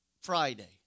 Friday